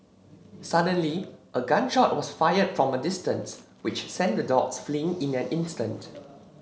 suddenly a gun shot was fired from a distance which sent the dogs fleeing in an instant